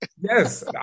Yes